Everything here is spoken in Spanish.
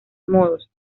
modos